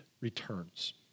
returns